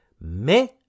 Mais